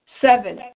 Seven